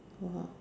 !whoa!